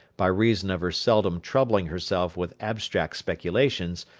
by reason of her seldom troubling herself with abstract speculations,